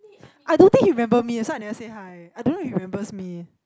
I don't think he remember me that's why I never say hi I don't know he remembers me